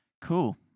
Cool